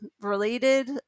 related